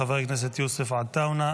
חבר הכנסת יוסף עטאונה,